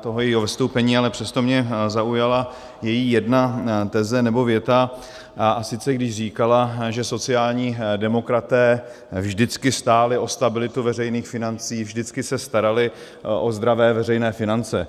toho jejího vystoupení, ale přesto mě zaujala její jedna teze nebo věta, a sice když říkala, že sociální demokraté vždycky stáli o stabilitu veřejných financí, vždycky se starali o zdravé veřejné finance.